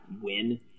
win